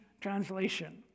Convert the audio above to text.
translation